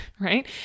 right